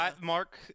Mark